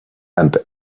and